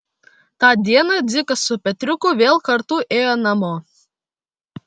tą dieną dzikas su petriuku vėl kartu ėjo namo